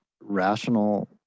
rational